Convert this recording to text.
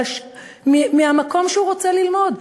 אלא מהמקום שהוא רוצה ללמוד.